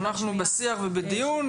אנחנו בשיח ובדיון.